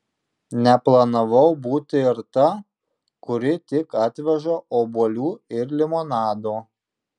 neplanavau būti ir ta kuri tik atveža obuolių ir limonado